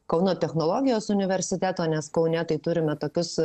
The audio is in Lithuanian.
kauno technologijos universiteto nes kaune tai turime tokius